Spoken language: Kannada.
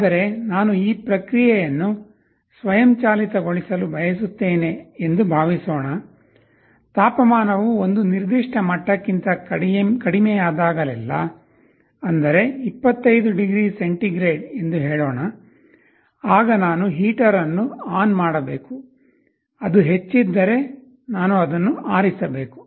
ಆದರೆ ನಾನು ಈ ಪ್ರಕ್ರಿಯೆಯನ್ನು ಸ್ವಯಂಚಾಲಿತ ಗೊಳಿಸಲು ಬಯಸುತ್ತೇನೆ ಎಂದು ಭಾವಿಸೋಣ ತಾಪಮಾನವು ಒಂದು ನಿರ್ದಿಷ್ಟ ಮಟ್ಟಕ್ಕಿಂತ ಕಡಿಮೆಯಾದಾಗಲೆಲ್ಲಾ ಅಂದರೆ 25 ಡಿಗ್ರಿ ಸೆಂಟಿಗ್ರೇಡ್ ಎಂದು ಹೇಳೋಣ ಆಗ ನಾನು ಹೀಟರ್ ಅನ್ನು ಆನ್ ಮಾಡಬೇಕು ಅದು ಹೆಚ್ಚಿದ್ದರೆ ನಾನು ಅದನ್ನು ಆರಿಸಬೇಕು